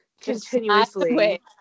continuously